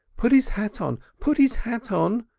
put his hat on, put his hat on!